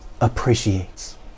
appreciates